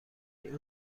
این